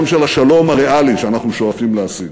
של השלום הריאלי שאנחנו שואפים להשיג.